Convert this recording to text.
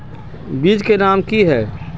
बीज के नाम की है?